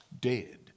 dead